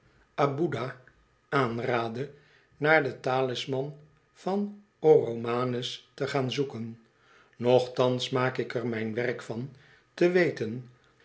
abudah aanraadde naar den talisman van oromanes te gaan zoeken nochtans maak ik er mijn werk van te weten